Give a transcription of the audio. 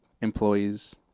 employees